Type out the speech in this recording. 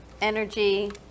energy